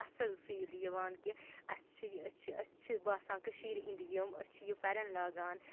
اَصٕل فیٖل یِوان کہِ اَسہِ چھِ یہِ أسۍ چھِ أسۍ چھِ باسان کٔشیٖرِ ہٕنٛدۍ یِم أسۍ چھِ یہِ پھٮ۪رن لاگان